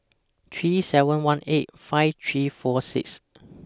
three seven one eight five three four six